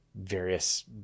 various